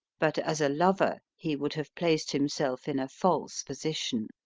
but as a lover he would have placed himself in a false position.